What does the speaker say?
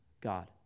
God